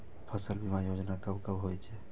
फसल बीमा योजना कब कब होय छै?